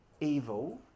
evil